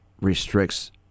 restricts